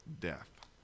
death